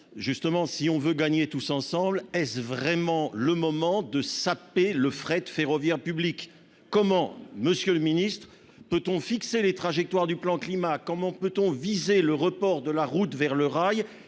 Justement, si on veut gagner tous ensemble. Est-ce vraiment le moment de saper le fret ferroviaire publique comment, Monsieur le Ministre. Peut-on fixer les trajectoires du plan climat. Comment peut-on viser le report de la route vers le rail